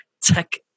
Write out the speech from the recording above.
tech